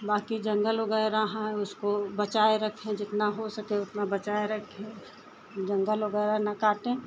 बाकी जंगल वग़ैरह है उसको बचाए रखे जितना हो सके उतना बचाए रखें जंगल वग़ैरह न काटें